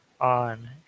on